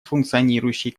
функционирующей